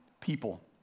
people